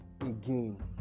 again